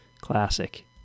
classic